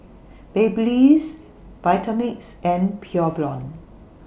Babyliss Vitamix and Pure Blonde